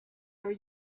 are